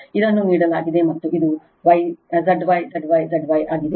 ಇದನ್ನು ನೀಡಲಾಗಿದೆ ಮತ್ತು ಇದು Z Y Z Y Z Y ಆಗಿದೆ